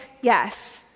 yes